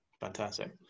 fantastic